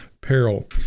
peril